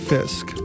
Fisk